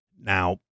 Now